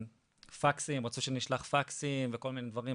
רצו שנשלח פקסים וכל מיני דברים,